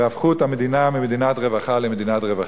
והפכו את המדינה ממדינת רווחה למדינת רווחים.